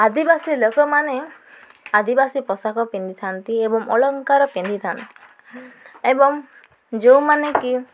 ଆଦିବାସୀ ଲୋକମାନେ ଆଦିବାସୀ ପୋଷାକ ପିନ୍ଧିଥାନ୍ତି ଏବଂ ଅଳଙ୍କାର ପିନ୍ଧିଥାନ୍ତି ଏବଂ ଯେଉଁମାନେ କି